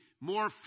more